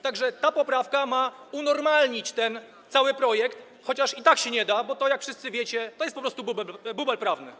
Tak że ta poprawka ma „unormalnić” ten cały projekt, chociaż i tak się nie da, bo, jak wszyscy wiecie, to jest po prostu bubel prawny.